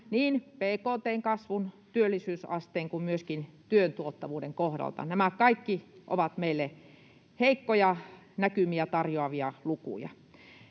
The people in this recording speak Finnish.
niin bkt:n kasvun, työllisyysasteen kuin myöskin työn tuottavuuden kohdalta. Nämä kaikki ovat meille heikkoja näkymiä tarjoavia lukuja.